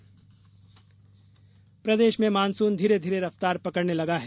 मौसम प्रदेश में मानसून धीरे धीरे रफ्तार पकड़ने लगा है